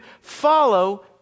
follow